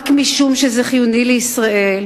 רק משום שזה חיוני לישראל,